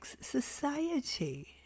society